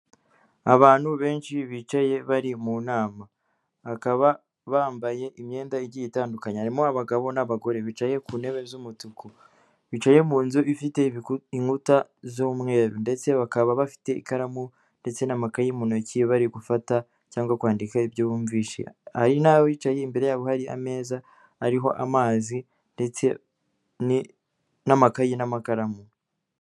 Abantu benshi bicaye bari mu nama, akaba bambaye imyenda igiye itandukanye, harimo abagabo n'abagore, bicaye ku ntebe z'umutuku, bicaye mu nzu ifite inkuta z'umweru ndetse bakaba bafite ikaramu ndetse n'amakayi mu ntoki bari gufata cyangwa kwandika ibyo bumvise, hari n'abicaye imbere y'abo hari ameza ariho amazi ndetse n'amakayi n'amakaramu.